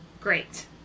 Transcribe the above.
Great